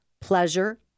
pleasure